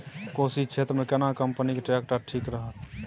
कोशी क्षेत्र मे केना कंपनी के ट्रैक्टर ठीक रहत?